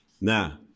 Now